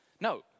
No